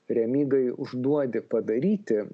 remygai užduodi padaryti